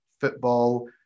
football